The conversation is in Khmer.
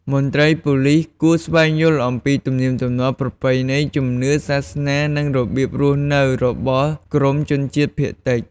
មន្ត្រីប៉ូលិសគួរស្វែងយល់អំពីទំនៀមទម្លាប់ ប្រពៃណី ជំនឿ សាសនា និងរបៀបរស់នៅរបស់ក្រុមជនជាតិភាគតិច។